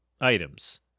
items